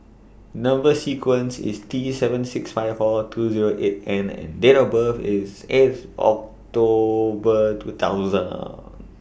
Number sequence IS T seven six five four two Zero eight N and Date of birth IS eighth October two thousand